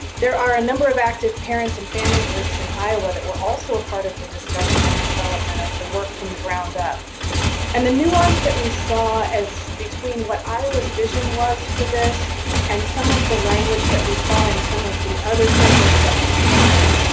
there are a number of active parents and family groups in iowa that were a ah part of the discussion and the development of the work from the ground up and the nuance we saw as between what iowa's vision was for this and some of the language that we saw in some of the other frameworks at the time,